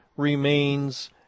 remains